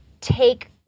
take